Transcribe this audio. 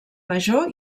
major